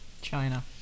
China